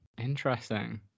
Interesting